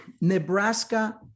Nebraska